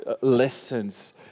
lessons